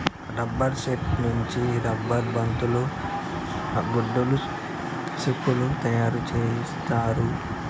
rubber సెట్టు నుంచి rubber బంతులు గుడ్డలు సెప్పులు తయారు చేత్తారు